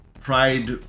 pride